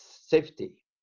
safety